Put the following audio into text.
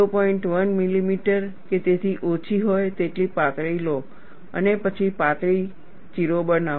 1 millimetre કે તેથી ઓછી હોય તેટલી પાતળી લો અને પછી પાતળી ચીરો બનાવો